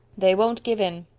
they won't give in.